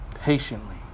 patiently